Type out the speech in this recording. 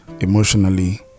emotionally